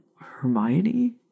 Hermione